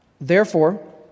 Therefore